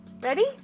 ready